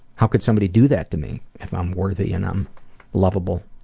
how could somebody do that to me if i'm worthy and i'm lovable?